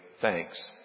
thanks